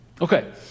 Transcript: Okay